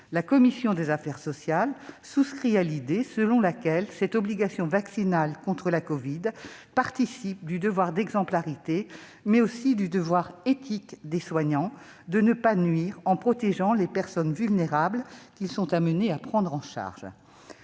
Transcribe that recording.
La commission des affaires sociales souscrit à l'idée selon laquelle cette obligation vaccinale contre la covid-19 participe du devoir d'exemplarité, mais aussi du devoir éthique qu'ont les soignants de ne pas nuire et de protéger les personnes vulnérables qu'ils sont amenés à prendre en charge.